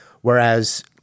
Whereas